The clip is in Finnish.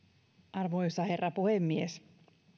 arvoisa herra puhemies